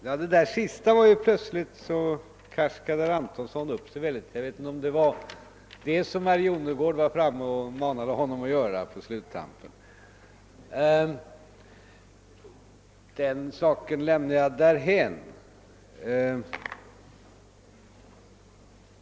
Herr talman! I sitt senaste uttalande karskäde herr Antonsson plötsligt upp sig riktigt. Jag undrar om det var det som herr Jonnergård var framme och uppmanade honom att göra på sluttampen. Den saken lämnar jag därhän.